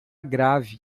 grave